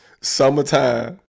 summertime